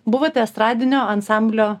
buvote estradinio ansamblio